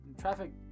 traffic